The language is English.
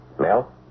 Mel